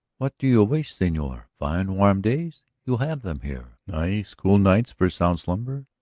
what do you wish, senor? fine warm days? you have them here. nice cool nights for sound slumber?